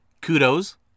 Kudos